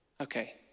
okay